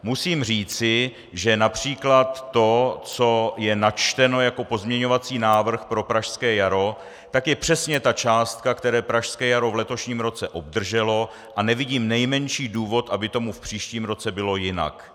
Musím říci, že například to, co je načteno jako pozměňovací návrh pro Pražské jaro, je přesně ta částka, kterou Pražské jaro v letošním roce obdrželo, a nevidím nejmenší důvod, aby tomu v příštím roce bylo jinak.